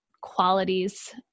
qualities